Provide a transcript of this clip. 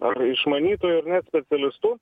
ar išmanytoju ar net specialistu